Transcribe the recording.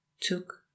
took